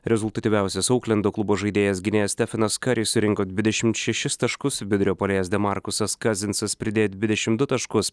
rezultatyviausias auklendo klubo žaidėjas gynėjas stefanas karis surinko dvidešimt šešis taškus vidurio puolėjas demarkusas kazinsas pridėjo dvidešimt du taškus